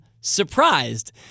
surprised